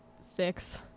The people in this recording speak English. six